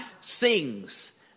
sings